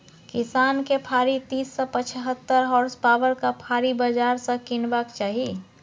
किसान केँ फारी तीस सँ पचहत्तर होर्सपाबरक फाड़ी बजार सँ कीनबाक चाही